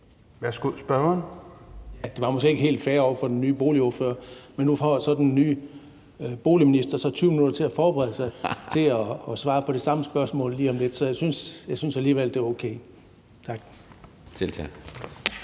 Rasmussen (EL): Det var måske ikke helt fair over for den nye boligordfører. Men nu får den nye indenrigs- og boligminister så 20 minutter til at forberede sig på at svare på det samme spørgsmål lige om lidt. Så jeg synes alligevel, det var okay. Tak.